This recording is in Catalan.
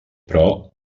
però